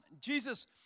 Jesus